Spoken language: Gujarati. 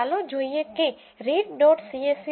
ચાલો જોઈએ કે રીડ ડોટ સીએસવીread